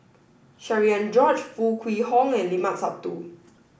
Cherian George Foo Kwee Horng and Limat Sabtu